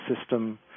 system